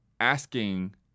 asking